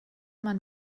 man